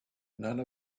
none